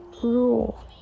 rule